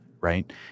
right